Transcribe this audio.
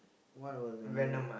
what was the movie